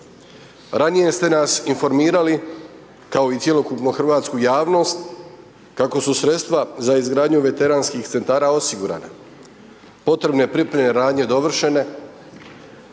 Ranije ste nas informirali, kao i cjelokupnu hrvatsku javnost kako su sredstva za izgradnju Veteranskih centara osigurana, potrebne pripremne radnje dovršene.